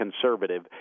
conservative